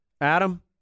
Adam